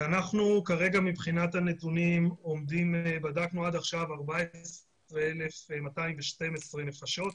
אנחנו כרגע מבחינת הנתונים בדקנו עד עכשיו 14,212 נפשות,